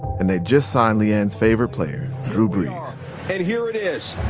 and they'd just signed le-ann's favorite player, drew but and here it is.